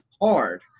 hard